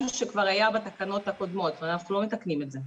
שכבר היה בתקנות קודמות ואנחנו לא מתקנים את זה.